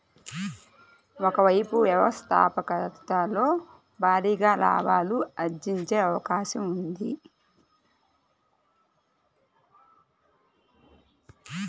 ఒక వైపు వ్యవస్థాపకతలో భారీగా లాభాలు ఆర్జించే అవకాశం ఉంది